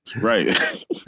right